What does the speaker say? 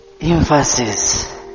emphasis